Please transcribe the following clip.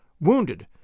Wounded